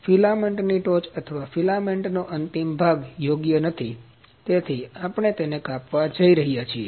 ફિલામેન્ટની ટોચ અથવા ફિલામેન્ટનો અંતિમ ભાગ યોગ્ય નથી તેથી આપણે તેને કાપવા જઈ રહ્યા છીએ